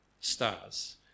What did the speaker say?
stars